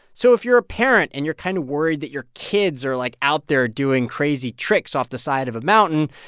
so if you're a parent and you're kind of worried that your kids are, like, out there doing crazy tricks off the side of a mountain,